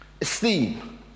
Esteem